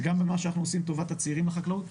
וגם במה שאנחנו עושים טובת הצעירים לחקלאות,